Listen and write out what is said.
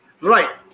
Right